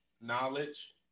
knowledge